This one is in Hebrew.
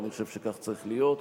ואני חושב שכך צריך להיות.